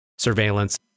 surveillance